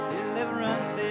Deliverance